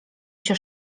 się